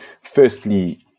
firstly